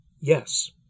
Yes